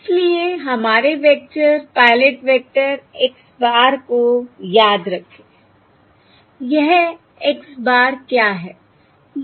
इसलिए हमारे vector pilot vector x bar को याद रखें यह x bar क्या है